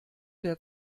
der